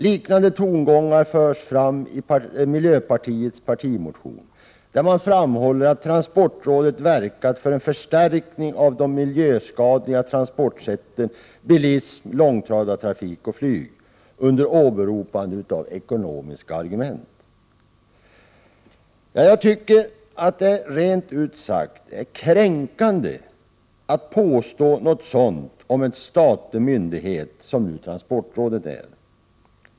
Liknande tongångar förs fram i miljöpartiets partimotion, där man framhåller att transportrådet verkat för en förstärkning av de miljöskadliga transportsätten, bilism, långtradartrafik och flyg, under åberopande av ekonomiska argument. Jag tycker att det rent ut sagt är kränkande att påstå något sådant om en statlig myndighet, vilket ju transportrådet är.